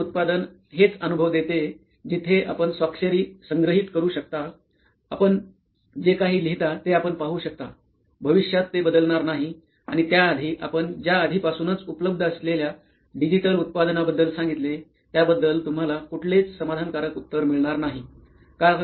आमचे उत्पादन हेच अनुभव देते जिथे आपण स्वाक्षरी संग्रहित करू शकता आपण जे काही लिहिता ते आपण पाहू शकता भविष्यात ते बदलणार नाही आणि त्या आधी आपण ज्या आधीपासूनच उपलब्ध असलेल्या डिजिटल उत्पादनाबद्दल सांगितले त्याबद्दल तुम्हाला कुठलेच समाधानकारक उत्तर मिळणार नाही